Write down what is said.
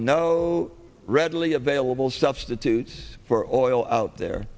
no readily available substitutes for oil out there